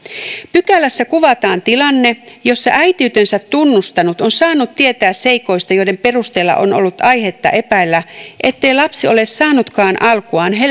pykälässä kuvataan tilanne jossa äitiytensä tunnustanut on saanut tietää seikoista joiden perusteella on ollut aihetta epäillä ettei lapsi ole saanutkaan alkuaan